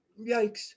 yikes